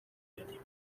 بدیم